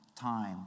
time